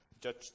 judge